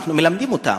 אנחנו מלמדים אותם,